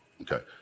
Okay